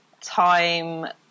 time